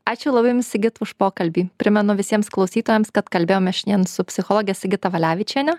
ačiū labai jums sigita už pokalbį primenu visiems klausytojams kad kalbėjome šiandien su psichologe sigita valevičiene